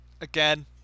Again